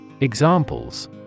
Examples